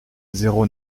zéro